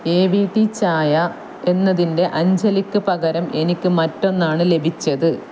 A V T ചായ എന്നതിന്റെ അഞ്ജലിക്ക് പകരം എനിക്ക് മറ്റൊന്നാണ് ലഭിച്ചത്